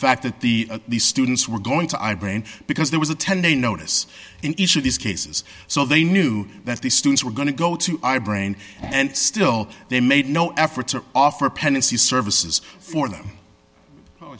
fact that the students were going to our brain because there was a ten day notice in each of these cases so they knew that these students were going to go to our brain and still they made no effort to offer pendency services for them